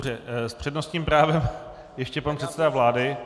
S přednostním právem ještě pan předseda vlády.